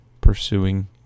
pursuing